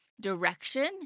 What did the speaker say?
direction